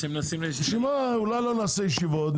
אולי לא נעשה ישיבות,